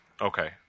Okay